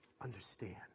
understand